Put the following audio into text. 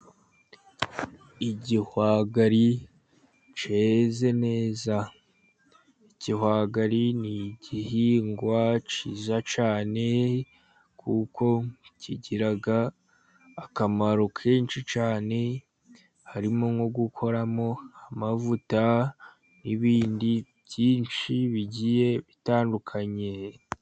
Igihwagari cyeze neza. Igihwagari ni igihingwa cyiza cyane, kuko kigira akamaro kenshi cyane, harimo nko gukoramo amavuta, n'ibindi byinshi bigiye bitandukanye.